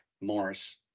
Morris